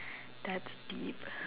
that's deep